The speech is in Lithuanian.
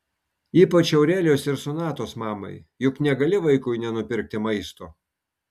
ypač aurelijos ir sonatos mamai juk negali vaikui nenupirkti maisto